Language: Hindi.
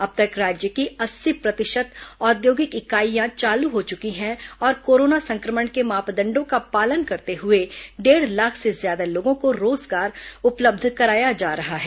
अब तक राज्य की अस्सी प्रतिशत औद्योगिक इकाईयां चालू हो चुकी हैं और कोरोना संक्रमण के मापदंडों का पालन करते हए डेढ़ लाख से ज्यादा लोगों को रोजगार उपलब्ध कराया जा रहा है